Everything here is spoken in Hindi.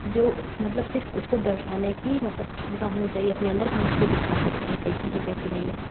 जो मतलब सिर्फ़ उसको दर्शाने की मतलब क्षमता होनी चाहिए अपने अन्दर हम उसको दिखा सकते हैं कैसी है कैसी नहीं